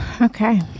okay